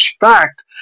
fact